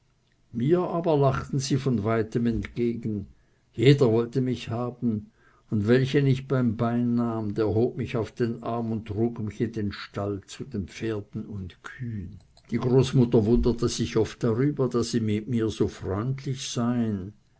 mir aber lachten sie von weitem entgegen jeder wollte mich haben und welchen ich beim bein nahm der hob mich auf den arm und trug mich in den stall zu den pferden und kühen die großmutter wunderte sich oft darüber daß sie mit mir so freundlich seien